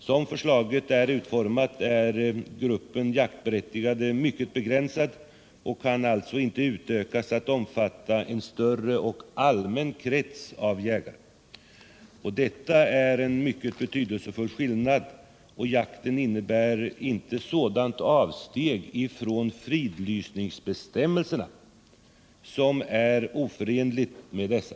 Som förslaget är utformat är gruppen jaktberättigade mycket begränsad, och den kan alltså inte utökas till att omfatta en större och allmän krets av jägare. Detta innebär en mycket betydelsefull skillnad. Jakten medför heller inte sådant avsteg från fridlysningsbestämmelserna att den är oförenlig med dessa.